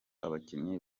abakinnyi